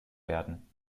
werden